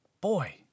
boy